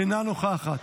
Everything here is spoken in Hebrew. אינה נוכחת.